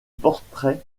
portrait